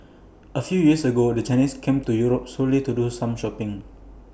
A few years ago the Chinese came to Europe solely to do some shopping